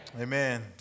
Amen